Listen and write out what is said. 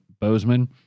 Bozeman